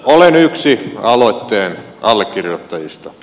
olen yksi aloitteen allekirjoittajista